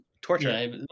torture